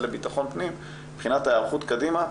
לבטחון פנים מבחינת ההיערכות קדימה.